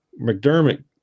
mcdermott